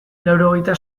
laurogehita